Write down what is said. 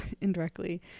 indirectly